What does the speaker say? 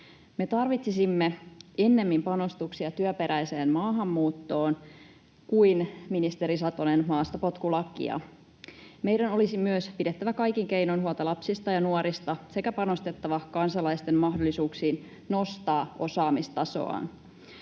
Me tarvitsisimme ennemmin panostuksia työperäiseen maahanmuuttoon kuin, ministeri Satonen, maastapotkulakia. Meidän olisi myös pidettävä kaikin keinoin huolta lapsista ja nuorista sekä panostettava kansalaisten mahdollisuuksiin nostaa osaamistasoaan.